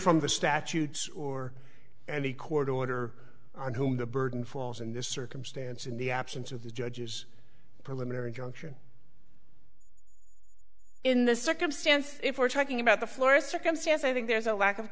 from the statutes or any court order on whom the burden falls in this circumstance in the absence of the judge's parliamentary juncture in the circumstance if we're talking about the floor circumstance i think there's a lack of